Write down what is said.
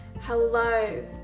Hello